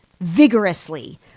vigorously